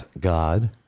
God